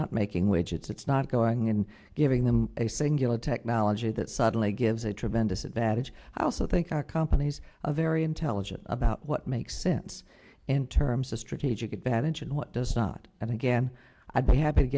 not making widgets it's not going and giving them a singular technology that suddenly gives a tremendous advantage i also think our companies are very intelligent about what makes sense in terms of strategic advantage and what does not and again i'd be happy to